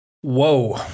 Whoa